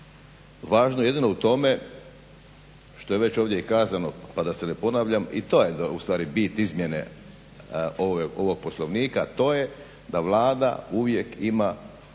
Važno je jedino u tome što je ovdje već i kazano pa da se ne ponavljam i to je u stvari bit izmjene ovog Poslovnika to je da Vlada uvijek ima